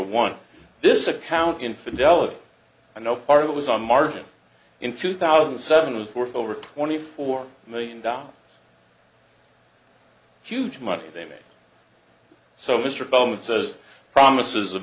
one this account in fidelity and no part of it was on margin in two thousand and seven was worth over twenty four million dollars huge money they make so mr bowman says promises of